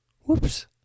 Whoops